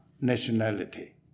nationality